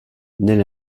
neil